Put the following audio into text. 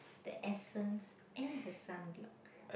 the essence and the sunblock